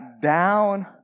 down